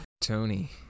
Tony